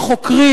לחוקרים.